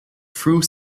through